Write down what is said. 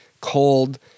cold